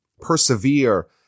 persevere